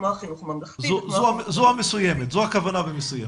כמו החינוך הממלכתי --- זו הכוונה במסוימת.